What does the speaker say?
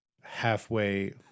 halfway